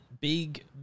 big